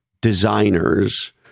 designers